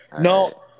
No